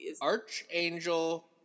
Archangel